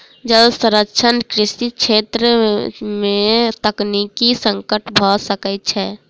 जल संरक्षण कृषि छेत्र में तकनीकी संकट भ सकै छै